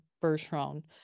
first-round